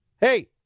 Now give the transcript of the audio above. Hey